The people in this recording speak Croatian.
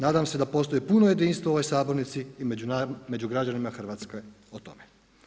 Nadam se da postoji puno jedinstvo u ovoj sabornici i među građanima Hrvatske o tome.